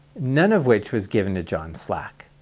none of which was given to john slack.